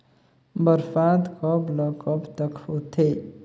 बरसात कब ल कब तक होथे?